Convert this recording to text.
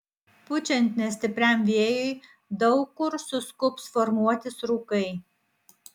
pučiant nestipriam vėjui daug kur suskubs formuotis rūkai